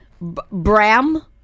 Bram